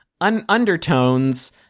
undertones